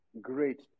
great